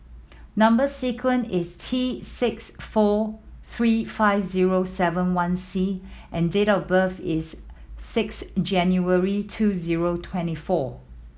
number sequence is T six four three five zero seven one C and date of birth is six January two zero twenty four